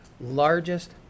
largest